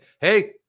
Hey